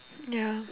ya